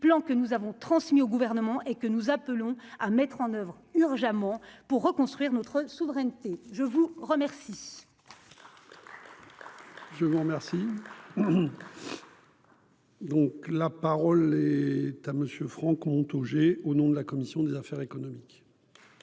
plan que nous avons transmis au gouvernement et que nous appelons à mettre en oeuvre urgemment pour reconstruire notre souveraineté, je vous remercie. Je vous remercie. Donc, la parole est à monsieur Franck ont au nom de la commission des affaires économiques.